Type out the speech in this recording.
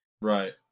Right